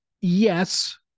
yes